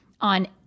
on